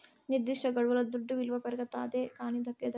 నిర్దిష్టగడువుల దుడ్డు విలువ పెరగతాదే కానీ తగ్గదేలా